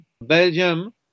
Belgium